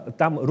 tam